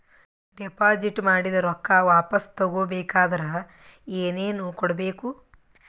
Deposit ಮಾಡಿದ ರೊಕ್ಕ ವಾಪಸ್ ತಗೊಬೇಕಾದ್ರ ಏನೇನು ಕೊಡಬೇಕು?